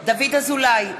דוד אזולאי,